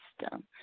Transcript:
system